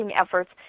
efforts